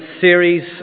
series